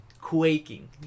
quaking